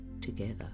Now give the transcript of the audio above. together